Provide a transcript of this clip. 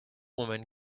woman